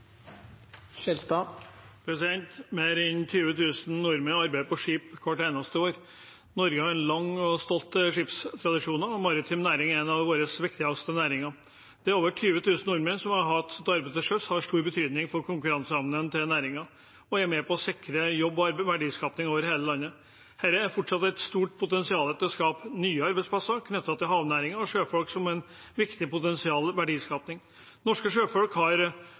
en av våre viktigste næringer. Det at over 20 000 nordmenn har sitt arbeid til sjøs, har stor betydning for konkurranseevnen til næringen og er med på å sikre jobb og verdiskaping over hele landet. Det er fortsatt et stort potensial for å skape nye arbeidsplasser knyttet til havnæringen og sjøfolk som viktig potensiell verdiskaping. Norske sjøfolk har